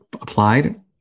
applied